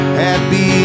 happy